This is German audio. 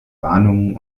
warnungen